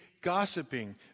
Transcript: gossiping